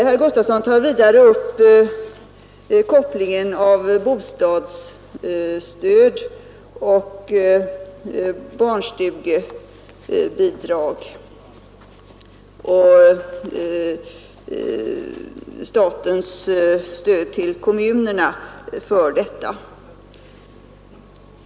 Herr Gustavsson tar vidare upp frågan om en koppling av bostadsstöd och barnstugebidrag med statens stöd till kommunerna för detta.